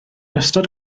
ystod